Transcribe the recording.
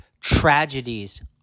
tragedies